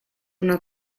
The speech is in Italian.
una